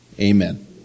Amen